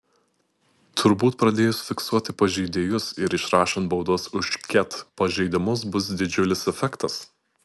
turbūt pradėjus fiksuoti pažeidėjus ir išrašant baudas už ket pažeidimus bus didžiulis efektas